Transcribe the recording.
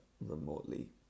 remotely